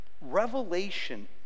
Revelation